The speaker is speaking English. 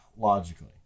Logically